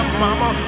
mama